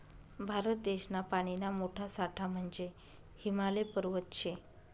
भारत देशना पानीना मोठा साठा म्हंजे हिमालय पर्वत शे